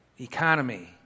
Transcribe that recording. economy